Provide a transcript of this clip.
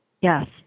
Yes